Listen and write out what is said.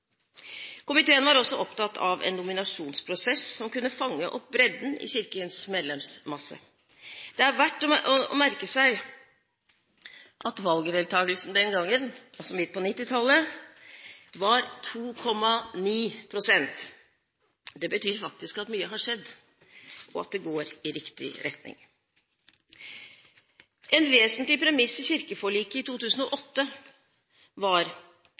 Komiteen var også opptatt av en nominasjonsprosess som kunne fange opp bredden i Kirkens medlemsmasse. Det er verdt å merke seg at valgdeltagelsen den gangen, altså midt på 1990-tallet, var 2,9 pst. Det betyr faktisk at mye har skjedd – og at det går i riktig retning. En vesentlig premiss i kirkeforliket i 2008 var